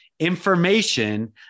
Information